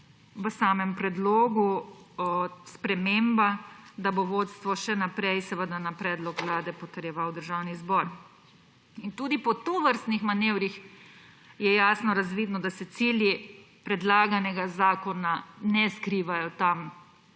v samem predlogu sprememba, da bo vodstvo še naprej, seveda na predlog vlade, potrjeval državni zbor. Tudi po tovrstnih manevrih je jasno razvidno, da se cilji predlaganega zakona ne skrivajo tam,